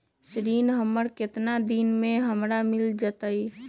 ऋण हमर केतना दिन मे हमरा मील जाई?